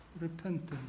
Repentance